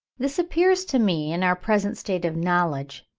this appears to me, in our present state of knowledge,